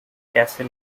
castle